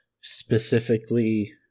specifically